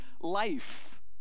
life